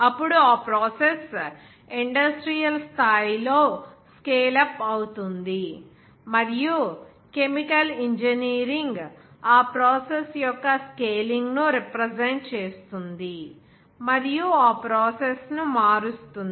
అప్పుడు ఆ process industrial స్థాయిలో స్కేల్ అప్ అవుతుందిమరియు కెమికల్ ఇంజనీరింగ్ ఆ ప్రాసెస్ యొక్క స్కేలింగ్ను రిప్రెజెంట్ చేస్తుంది మరియు ఆ ప్రాసెస్ ను మారుస్తుంది